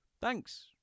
thanks